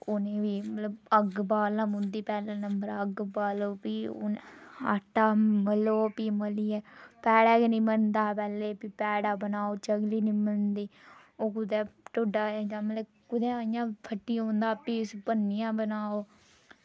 उ'नेंगी बी अग्ग बालना पौंदी पैह्ले नंबर अग्ग बाल्लो भी आटा मलो भी मलियै पैड़ा गै निं बनदा पैह्लें पैड़ा बनाओ चंगी निं बनदी ओह् कुदै ढोडा जां मतलब कुदै इंया फट्टी औंदा भी उसी भन्नियै बनाओ